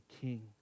King